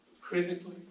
critically